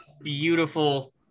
beautiful